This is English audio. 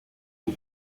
who